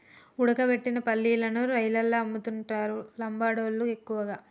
ఉడకబెట్టిన పల్లీలను రైలల్ల అమ్ముతుంటరు లంబాడోళ్ళళ్లు ఎక్కువగా